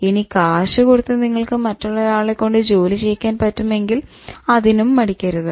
ഇനി കാശു കൊടുത്ത് നിങ്ങൾക്ക് മറ്റൊരാളെ കൊണ്ട് ജോലി ചെയ്യിക്കാൻ പറ്റുമെങ്കിൽ അതിനും മടിക്കരുത്